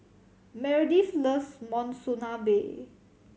Meredith loves Monsunabe